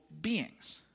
beings